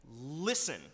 listen